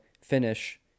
Finish